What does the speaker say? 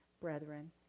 brethren